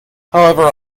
however